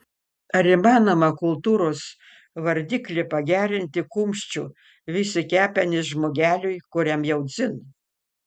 ar įmanoma kultūros vardiklį pagerinti kumščiu vis į kepenis žmogeliui kuriam jau dzin